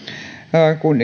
kun